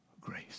grace